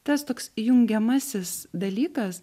tas toks jungiamasis dalykas